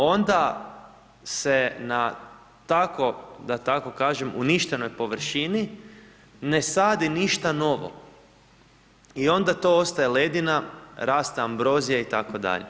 Onda se na tako da tako kažem uništenoj površini ne sadi ništa novo i onda to ostaje ledina, raste ambrozija itd.